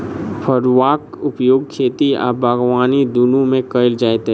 फड़ुआक उपयोग खेती आ बागबानी दुनू मे कयल जाइत अछि